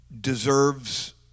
deserves